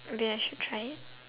okay I should try it